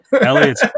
Elliot